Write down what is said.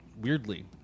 Weirdly